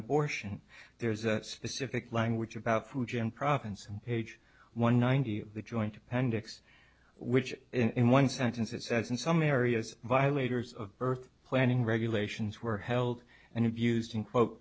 abortion there's a specific language about fujian province page one ninety the joint appendix which in one sentence it says in some areas violators of birth planning regulations were held and abused in quote